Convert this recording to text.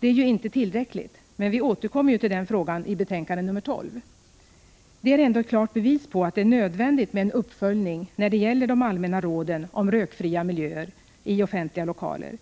Det är ju inte tillräckligt, men vi återkommer till den frågan i betänkande nr 12. Det är ändå ett klart bevis på att det är nödvändigt med en uppföljning när det gäller de allmänna råden om rökfria miljöer i offentliga lokaler,